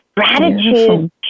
Gratitude